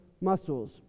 muscles